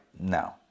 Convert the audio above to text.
No